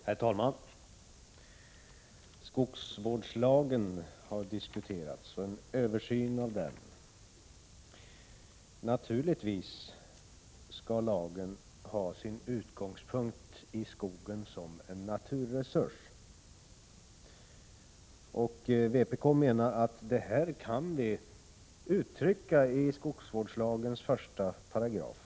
Herr talman! Skogsvårdslagen och en översyn av denna har diskuterats. Givetvis skall lagen ha sin utgångspunkt i skogen som en naturresurs. Vpk menar att detta kan komma till uttryck i skogsvårdslagens första paragraf.